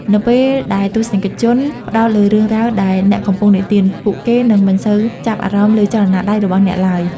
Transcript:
នៅពេលដែលទស្សនិកជនផ្តោតលើរឿងរ៉ាវដែលអ្នកកំពុងនិទាន ពួកគេនឹងមិនសូវចាប់អារម្មណ៍លើចលនាដៃរបស់អ្នកឡើយ។